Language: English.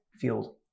field